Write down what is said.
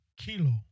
Kilo